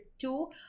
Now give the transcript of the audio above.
two